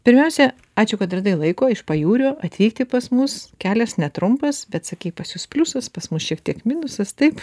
pirmiausia ačiū kad radai laiko iš pajūrio atvykti pas mus kelias netrumpas bet sakei pas jus pliusas pas mus šiek tiek minusas taip